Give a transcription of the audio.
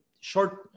short